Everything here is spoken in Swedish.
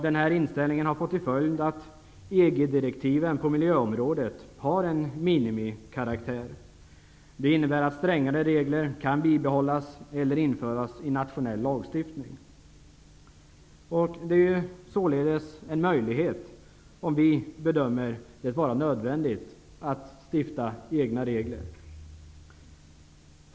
Denna inställning har fått till följd att EG-direktiven på miljöområdet har en minimikaraktär. Det innebär att strängare regler kan bibehållas eller införas i nationell lagstiftning. Det är således en möjlighet om vi bedömer det vara nödvändigt att införa egna regler.